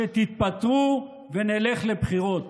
שתתפטרו ונלך לבחירות.